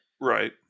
Right